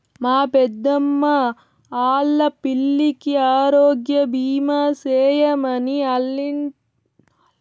మా పెద్దమ్మా ఆల్లా పిల్లికి ఆరోగ్యబీమా సేయమని ఆల్లింటాయినో ఓటే రంపు ఇంటి గదా